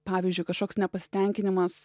pavyzdžiui kažkoks nepasitenkinimas